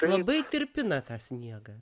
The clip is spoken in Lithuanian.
labai tirpina tą sniegą